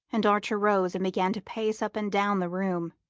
and archer rose and began to pace up and down the room.